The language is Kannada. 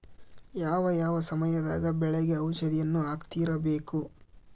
ಯಾವ ಯಾವ ಸಮಯದಾಗ ಬೆಳೆಗೆ ಔಷಧಿಯನ್ನು ಹಾಕ್ತಿರಬೇಕು?